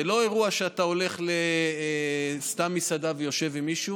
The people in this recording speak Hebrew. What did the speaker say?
זה לא אירוע שאתה הולך סתם למסעדה ויושב עם מישהו,